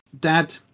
dad